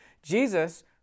Jesus